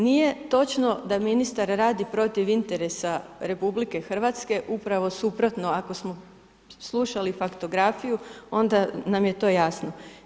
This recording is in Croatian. Nije točno da ministar radi protiv interesa RH upravo suprotno ako smo slušali faktografiju onda nam je to jasno.